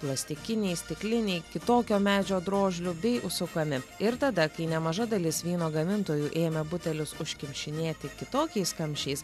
plastikiniai stikliniai kitokio medžio drožlių bei užsukami ir tada kai nemaža dalis vyno gamintojų ėmė butelius užkimšinėti ne tik kitokiais kamščiais